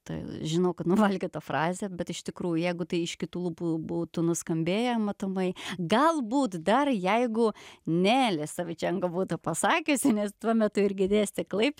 tai žinau kad nuvalkiota frazė bet iš tikrųjų jeigu tai iš kitų lūpų būtų nuskambėję matomai galbūt dar jeigu nelė savičenko būtų pasakiusi nes tuo metu irgi dėstė klaip